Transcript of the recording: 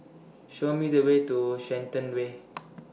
Show Me The Way to Shenton Way